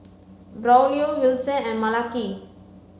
Braulio Wilson and Malaki